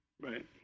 Right